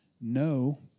no